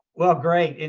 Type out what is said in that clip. well, great. and